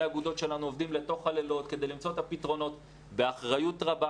האגודות שלנו עובדים לתוך הלילות כדי למצוא את הפתרונות באחריות רבה